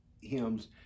hymns